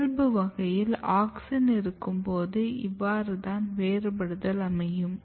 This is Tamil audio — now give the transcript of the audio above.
இயல்பு வகையில் ஆக்ஸின் இருக்கும்போது இவ்வாறு தான் வேறுபடுதல் அமையும்